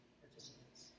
participants